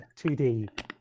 2D